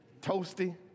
Toasty